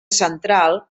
central